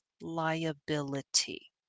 liability